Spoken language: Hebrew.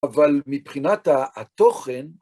אבל מבחינת התוכן,